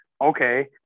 okay